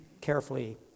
carefully